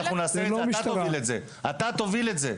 אתה תוביל את זה, אתה תוביל את זה.